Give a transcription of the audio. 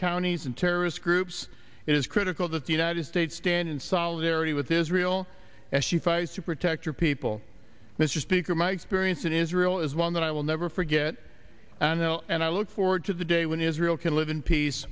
counties and terrorist groups it is critical that the united states stand in solidarity with israel as she fights to protect your people mr speaker my experience in israel is one that i will never forget and i look forward to the day when israel can live in peace